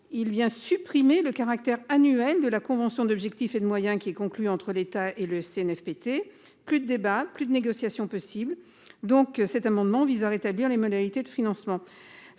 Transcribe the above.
Il vient supprimer le caractère annuel de la convention d'objectifs et de moyens qui est conclu entre l'État et le Cnfpt plus de débats, plus de négociation possible. Donc cet amendement vise à rétablir les modalités de financement.